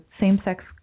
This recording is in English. same-sex